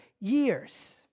years